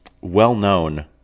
well-known